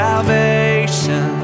Salvation